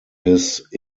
his